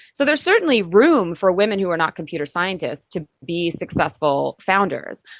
so there is certainly room for women who are not computer scientists to be successful founders.